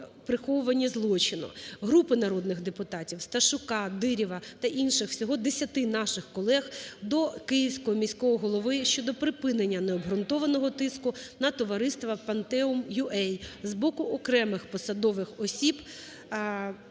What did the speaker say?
приховуванні злочину. Групи народних депутатів (Сташука, Диріва та інших; всього 10 наших колег) до Київського міського голови щодо припинення необґрунтованого тиску на ТОВ "ПОНТЕМ.УА" з боку окремих посадових осіб